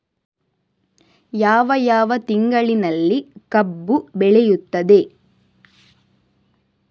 ಯಾವ ಯಾವ ತಿಂಗಳಿನಲ್ಲಿ ಕಬ್ಬು ಬೆಳೆಯುತ್ತದೆ?